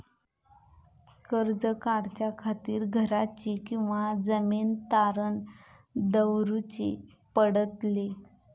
कर्ज काढच्या खातीर घराची किंवा जमीन तारण दवरूची पडतली?